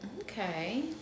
Okay